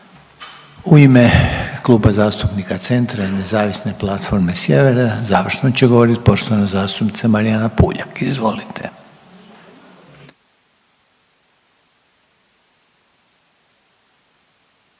U ime Kluba zastupnika Centra i Nezavisne platforme Sjever završno će govorit poštovana zastupnica Marijana Puljak, izvolite.